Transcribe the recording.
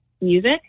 Music